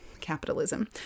capitalism